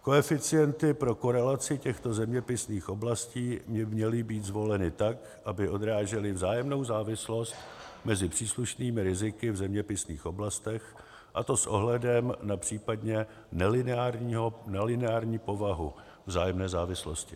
Koeficienty pro korelaci těchto zeměpisných oblastí by měly být zvoleny tak, aby odrážely vzájemnou závislost mezi příslušnými riziky v zeměpisných oblastech, a to s ohledem na případně nelineární povahu vzájemné závislosti.